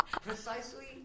precisely